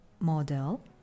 model